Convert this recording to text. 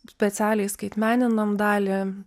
specialiai skaitmeniniam dalį